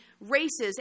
races